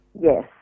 Yes